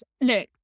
look